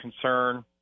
concern